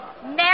Mary